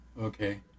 Okay